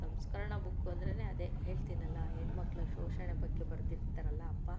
ಸಂಸ್ಕರಣ ಬುಕ್ ಅಂದರೇನೇ ಅದೇ ಹೇಳ್ತೀನಲ್ಲಾ ಹೆಣ್ಣುಮಕ್ಕಳ ಶೋಷಣೆ ಬಗ್ಗೆ ಬರೆದಿರ್ತಾರಲ್ಲ ಅಪ್ಪ